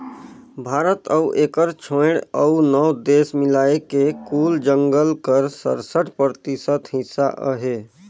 भारत अउ एकर छोंएड़ अउ नव देस मिलाए के कुल जंगल कर सरसठ परतिसत हिस्सा अहे